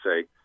say